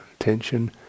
attention